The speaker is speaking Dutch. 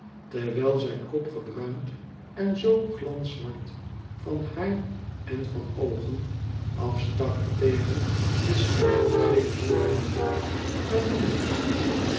terwijl zijn kop gebruind en zoo glanszwart van haar en van oogen afstak tegen de schitterend gele zonnebloemen waar ben je